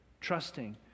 trusting